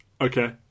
okay